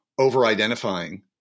over-identifying